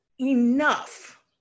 Enough